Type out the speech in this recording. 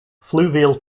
fluvial